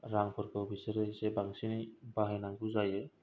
रां फोरखौ बिसोरो एसे बांसिनै बाहायनांगौ जायो